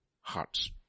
hearts